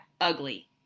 ugly